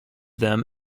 them